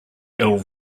ill